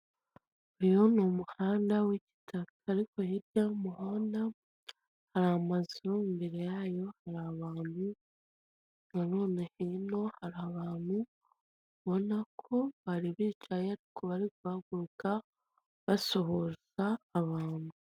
Uyu ni umuhanda w'igitaka ariko hirya y'umuhanda hari amazu imbere yayo hari abantu, nabona hino hari abantu ubabona ko bari bicaye ariko bari guhahaguruka basuhuza abantu.